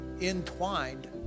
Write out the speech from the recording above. entwined